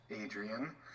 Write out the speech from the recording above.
Adrian